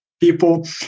people